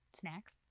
snacks